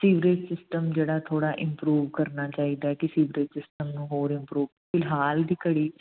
sewerage system ਜਿਹੜਾ ਥੋੜ੍ਹਾ improve ਕਰਨਾ ਚਾਹੀਦਾ ਸੀਵਰੇਜ ਦੇ ਸਿਸਟਮ ਨੂੰ ਹੋਰ ਇੰਮਪਰੂਵ ਫਿਲਹਾਲ ਦੀ ਘੜੀ